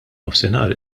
nofsinhar